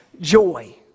joy